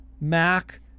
Mac